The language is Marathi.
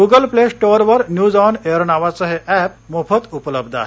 गुगल प्ले स्टोअरवर न्यूज ऑन एअर नावाचं हे ऍप मोफत उपलब्ध आहे